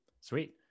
Sweet